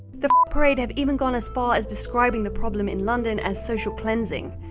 the parade have even gone as far as describing the problem in london as social cleansing.